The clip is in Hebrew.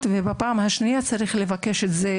ובפעם השנייה שרוצים להיכנס,